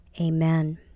Amen